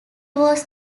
was